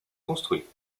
construit